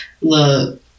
Look